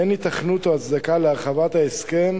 אין היתכנות או הצדקה להרחבת ההסכם,